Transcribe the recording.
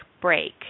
break